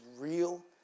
real